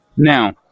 Now